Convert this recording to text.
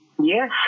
Yes